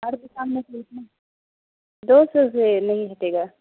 اور دوکان پوچھنا دو سو سے نہیں ہٹے گا